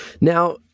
Now